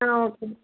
ஆ ஓகேங்க